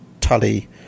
Tully